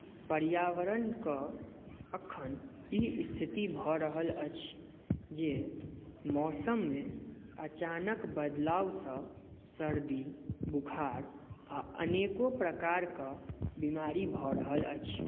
पर्यावरणके एखन ई स्थिति भऽ रहल अछि जे मौसममे अचानक बदलावसँ सर्दी बुखार आ अनेको प्रकारके बीमारी भऽ रहल अछि